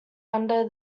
under